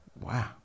Wow